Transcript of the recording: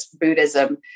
Buddhism